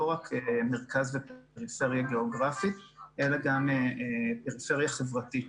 רק בין מרכז ופריפריה גיאוגרפית אלא גם פריפריה חברתית.